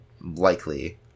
likely